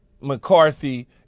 McCarthy